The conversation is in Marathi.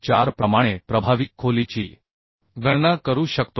4 प्रमाणे प्रभावी खोलीची गणना करू शकतो